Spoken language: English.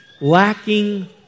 Lacking